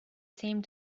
same